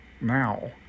now